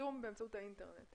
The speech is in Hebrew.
תשלום באמצעות האינטרנט.